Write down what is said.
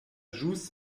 ĵus